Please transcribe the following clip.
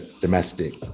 domestic